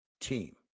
team